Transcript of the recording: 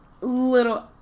little